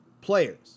players